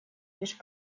лишь